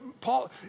Paul